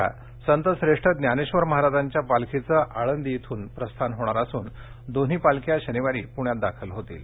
उद्या संत श्रेष्ठ ज्ञानेश्वर महाराजांच्या पालखीच आळंदी इथ्रन प्रस्थान होणार असून दोन्ही पालख्या शनिवारी पुण्यात दाखल होतील